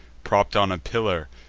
propp'd on a pillar,